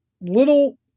little –